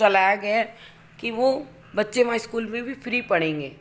चलाया गया कि वह बच्चे वहाँ इस्कूल में भी फ़्री पढ़ेंगे